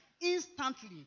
instantly